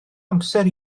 amser